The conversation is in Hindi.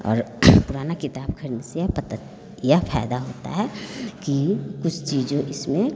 और पुरानी किताब ख़रीदने से हम पता यह फ़ायदा होता है कि कुछ चीज़ें इसमें